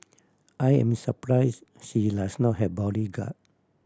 I am surprise she does not have bodyguard